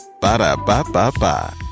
Ba-da-ba-ba-ba